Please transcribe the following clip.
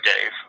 Dave